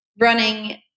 running